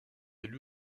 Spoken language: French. élus